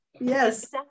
Yes